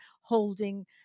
holding